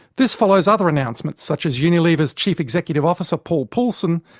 this follows other announcements such as unilever's chief executive officer, paul polman,